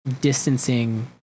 distancing